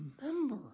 remember